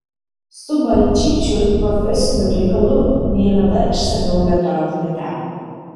su balčyčiu profesiniu reikalu niekada išsamiau bendrauti neteko